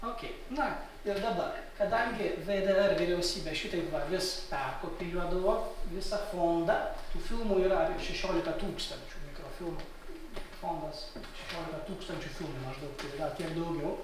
okei na ir dabar kadangi vdr vyriausybė šitaip va vis tą kopijuodavo visą fondą filmų yra apie šešiolika tūkstančių mikrofilmų fondas šešiolika tūkstančių filmų maždaug tai yra kiek daugiau